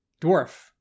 Dwarf